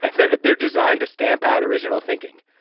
they're they're designed to stamp out original thinking.